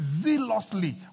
zealously